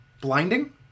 Blinding